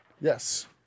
Yes